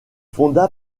fonda